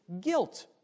guilt